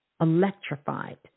electrified